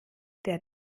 der